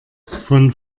von